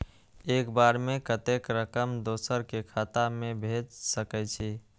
एक बार में कतेक रकम दोसर के खाता में भेज सकेछी?